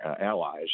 allies